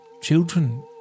children